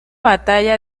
batalla